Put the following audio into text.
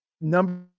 number